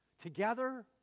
together